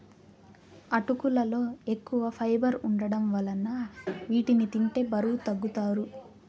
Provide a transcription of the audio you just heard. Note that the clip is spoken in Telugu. అటుకులలో ఎక్కువ ఫైబర్ వుండటం వలన వీటిని తింటే బరువు తగ్గుతారు